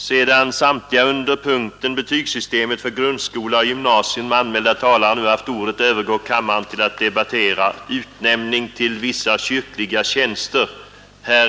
Sedan samtliga under punkten ”Betygsystemet för grundskola och gymnasium” anmälda talare nu haft ordet övergår kammaren till att debattera ”Utnämning till vissa kyrkliga tjänster”.